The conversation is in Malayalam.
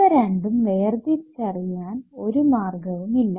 ഇവ രണ്ടും വേർതിരിച്ചറിയാൻ ഒരു മാർഗ്ഗവും ഇല്ല